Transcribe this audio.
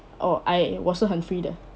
oh I 我是很 free 的